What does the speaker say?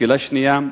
שאלה שנייה: